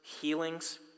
healings